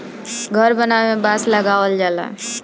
घर बनावे में बांस लगावल जाला